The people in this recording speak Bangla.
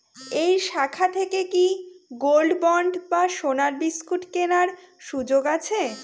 এই শাখা থেকে কি গোল্ডবন্ড বা সোনার বিসকুট কেনার সুযোগ আছে?